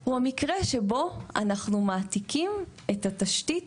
הוא מקרה שבו אנחנו מעתיקים את התשתית